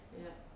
yup